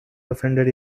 offended